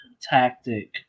tactic